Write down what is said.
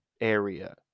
area